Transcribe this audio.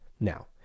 Now